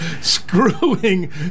screwing